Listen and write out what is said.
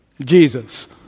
Jesus